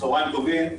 צהריים טובים.